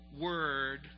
word